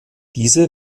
diese